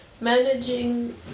managing